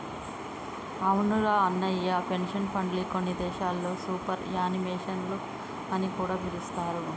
అవునురా అన్నయ్య పెన్షన్ ఫండ్ని కొన్ని దేశాల్లో సూపర్ యాన్యుమేషన్ అని కూడా పిలుస్తారు